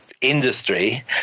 industry